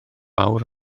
awr